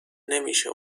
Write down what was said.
نمیشه